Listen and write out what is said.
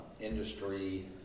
industry